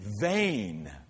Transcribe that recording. vain